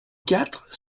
quatre